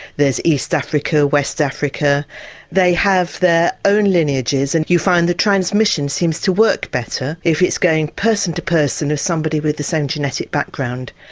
there's east africa, west africa they have their own lineages and you find the transmission seems to work better if it's going person to person of somebody with the same genetic background.